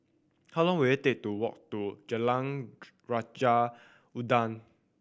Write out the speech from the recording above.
how long will it take to walk to Jalan Raja Udang